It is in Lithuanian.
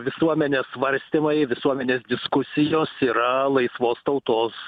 visuomenės svarstymai visuomenės diskusijos yra laisvos tautos